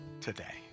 today